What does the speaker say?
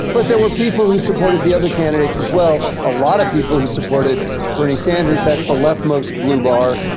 but there were people who supported the other candidates as well. a lot of people who supported bernie sanders, that's the left-most blue bar.